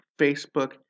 facebook